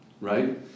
right